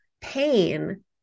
pain